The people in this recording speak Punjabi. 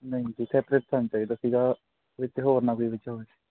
ਨਹੀਂ ਜੀ ਸੈਪਰੇਟ ਸਾਨੂੰ ਚਾਹੀਦਾ ਸੀਗਾ ਜਿੱਥੇ ਹੋਰ ਨਾ ਕੋਈ ਵਿੱਚ ਹੋਵੇ